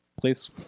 Please